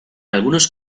algunos